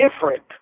different